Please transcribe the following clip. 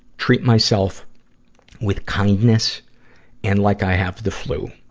treat myself with kindness and like i have the flu.